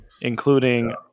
including